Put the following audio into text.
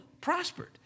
prospered